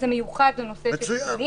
וזה מיוחד לנושא של קטינים,